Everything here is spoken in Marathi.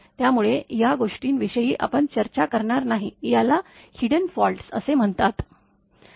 त्यामुळे या गोष्टींविषयी आपण चर्चा करणार नाही याला हिड्डन फॉल्ट असे म्हणतात